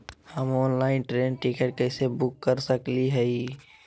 हम online train ticket कैसे book कर सकली हई?